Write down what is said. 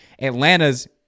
Atlanta's